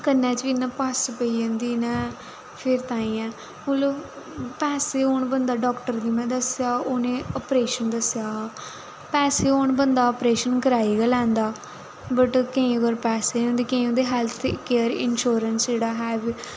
कन्नै च बी इ'यां पस्स पेई जंदी इ'यां फिर ताइयें मतलब पैसे होन बंदा डाक्टर गी में दस्सेआ उ'नें आप्रेशन दस्सेआ हा पैसे होन बंदा आप्रेशन कराई गै लैंदा बट केईं अगर पैसे ते केईं होंदे हैल्थ केयर इंशोयरैंस जेह्ड़ा है बी